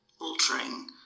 altering